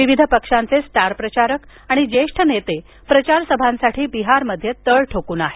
विविध पक्षांचे स्टार प्रचारक आणि ज्येष्ठ नेते प्रचारसभांसाठी बिहारमध्ये तळ ठोकून आहेत